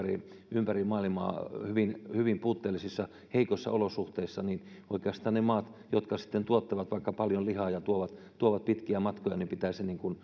ympäri maailmaa hyvin hyvin puutteellisissa heikoissa olosuhteissa niin oikeastaan ne maat jotka tuottavat vaikka paljon lihaa ja tuovat sitä pitkiä matkoja pitää